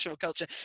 culture